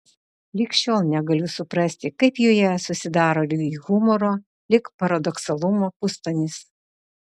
lig šiol negaliu suprasti kaip joje susidaro lyg humoro lyg paradoksalumo pustonis